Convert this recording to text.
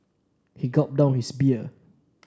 he gulped down his beer